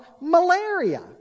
malaria